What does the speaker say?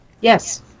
Yes